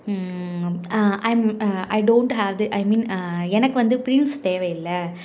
I am I don't have I mean எனக்கு வந்து prince தேவையில்லை